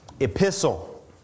epistle